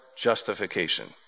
justification